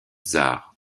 tsar